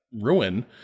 ruin